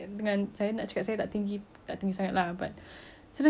sedang-sedang sahaja badan tapi kalau saya step on the weighing scale